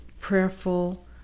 prayerful